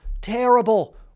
terrible